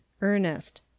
Ernest